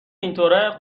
اینطوره